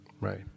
Right